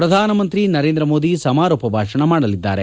ಪ್ರಧಾನಮಂತ್ರಿ ನರೇಂದ್ರ ಮೋದಿ ಸಮಾರೋಪ ಭಾಷಣ ಮಾಡಲಿದ್ದಾರೆ